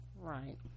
right